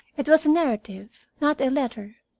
it was a narrative, not a letter,